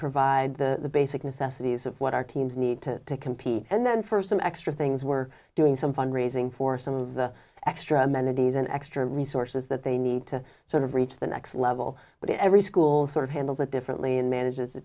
provide the basic necessities of what our teams need to compete and then for some extra things we're doing some fund raising for some of the extra amenities an extra resources that they need to sort of reach the next level but every school sort of handles it differently and manages